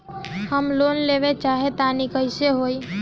हम लोन लेवल चाह तानि कइसे होई?